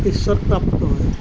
পিছত প্ৰাপ্ত হয়